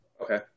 Okay